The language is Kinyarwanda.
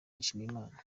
nshimiyimana